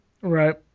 Right